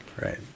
right